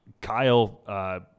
Kyle